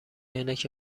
عینک